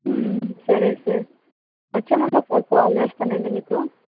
సరే సార్ వచ్చేముందు ఒకసారి కాల్ చేస్తానండీ మీకు